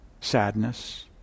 sadness